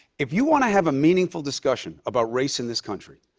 if you want to have a meaningful discussion about race in this country,